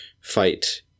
fight